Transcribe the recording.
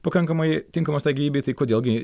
pakankamai tinkamos tai gyvybei tai kodėl gi